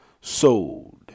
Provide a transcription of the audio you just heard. sold